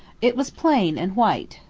it was plain and white,